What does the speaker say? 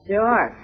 Sure